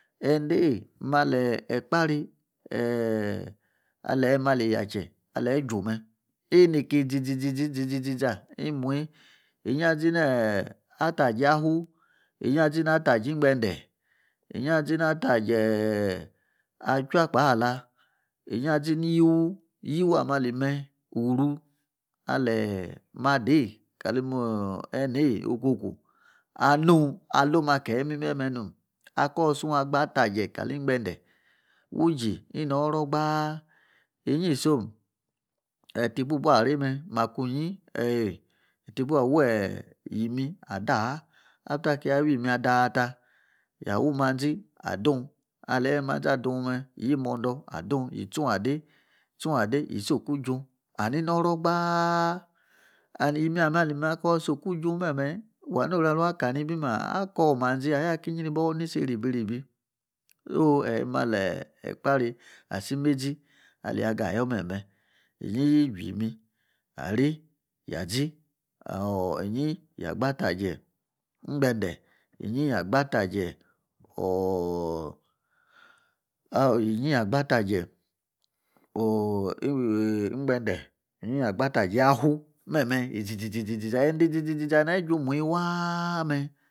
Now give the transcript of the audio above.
Eindei yi maa ali a' ekapri ee-ali yi ma li yache a leyi ijuu me ini ki iziza iziza imuyi inyi azinaa ataje yafu inyi azini ataje achuu akpala inyi azini yiwu yiwu ame ali me oru ali ma dei kali me eneiyi okwoku alung alom akeyi imeme me nom akong isung agba ataje kali ingbende wu jii inoro gbaa inyi som eti buu ba reime makunyi eyi ti bua wuu imi adaa. After aki yi awi mi adawata ya wuu iman zia dung. Aleyi a wuu manzi a dung me yi wuu mondo a' dung yi tchung adei tchung adei yi sii oku ijung. Ani haro gbaa. And imi ame akoor si oku ijung meme wa nu oru alung aka nibi maa? Akoor mazi. Ayaa aki nyiri boor aireibi eireibi soo eyi mali ekapri asi imeizi aleyi ayoor me ni me inyi yi chu imi arei ya zi. Aaor enyi ya gba ataje ingbende inyi ya gba ataje oor eii ingbende inyi ya gba ataje yafu. Me me izizi ziza. Edi zizi ziza neyi juu muyi waa me